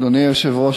אדוני היושב-ראש,